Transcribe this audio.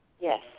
Yes